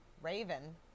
Raven